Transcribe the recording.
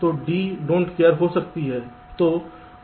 तो D don't care don't care को सकती है